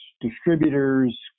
distributors